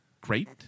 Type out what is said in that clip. great